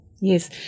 Yes